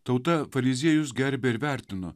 tauta fariziejus gerbė ir vertino